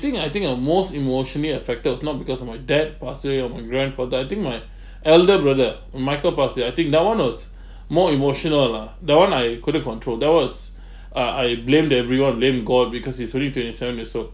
I think I think uh most emotionally affected is not because of my dad passed away or my grandfather I think my elder brother michael passed away I think that one was more emotional lah that one I couldn't control that was uh I blamed everyone blamed god because he's only twenty seven years old